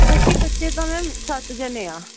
ਅਸੀਂ ਬੱਚੇ ਤਾਂ ਮੈਮ ਸੱਤ ਜਣੇ ਹਾਂ